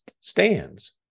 stands